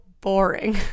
boring